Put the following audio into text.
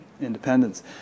independence